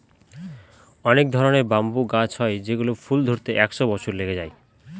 অনেক ধরনের ব্যাম্বু গাছ হয় যেগুলোর ফুল ধরতে একশো বছর লেগে যায়